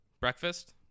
Breakfast